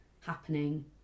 happening